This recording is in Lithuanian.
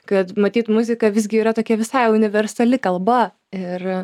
kad matyt muzika visgi yra tokia visai universali kalba ir